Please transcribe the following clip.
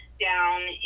down